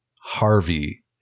Harvey